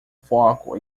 foco